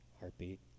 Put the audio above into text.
Heartbeat